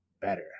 better